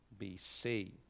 BC